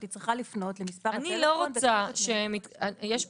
מבחינה משפטית אני לא חולק על הנוסח אבל